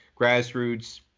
grassroots